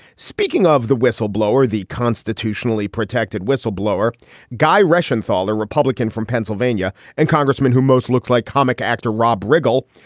speaking of the whistleblower, the constitutionally protected whistleblower guy, russian thall, a republican from pennsylvania and congressman who most looks like comic actor rob riggle,